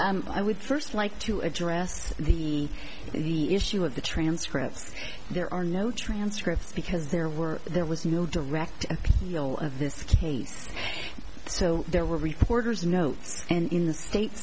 better i would first like to address the issue of the transcripts there are no transcripts because there were there was no direct appeal of this case so there were reporters notes and in the state